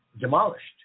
demolished